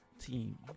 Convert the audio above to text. team